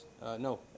No